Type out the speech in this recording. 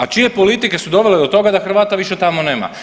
A čije politike su dovele do toga da Hrvata više tamo nema?